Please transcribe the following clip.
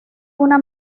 una